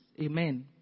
Amen